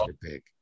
big